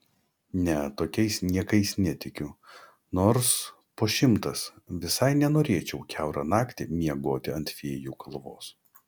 ne tokiais niekais netikiu nors po šimtas visai nenorėčiau kiaurą naktį miegoti ant fėjų kalvos